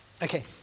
Okay